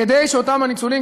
כדי שאותם הניצולים,